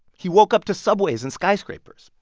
he woke up to subways and skyscrapers.